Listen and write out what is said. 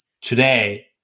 Today